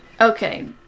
Okay